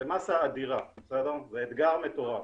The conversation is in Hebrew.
זו מסה אדירה, זה אתגר מטורף.